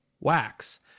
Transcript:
wax